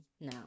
now